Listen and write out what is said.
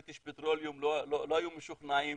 שבריטיש פטרוליום לא היו משוכנעים